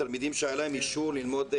תלמידים שהיה להם אישור ללמוד מהבית,